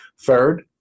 Third